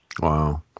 Wow